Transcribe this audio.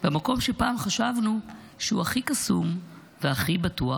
במקום שפעם חשבנו שהוא הכי קסום והכי בטוח.